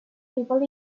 people